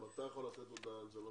גם אתה יכול לתת הודעה על זה,